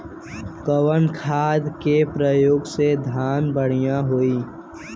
कवन खाद के पयोग से धान बढ़िया होई?